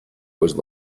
was